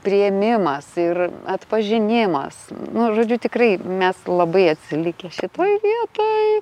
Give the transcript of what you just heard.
priėmimas ir atpažinimas nu žodžiu tikrai mes labai atsilikę šitoj vietoj